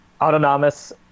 Autonomous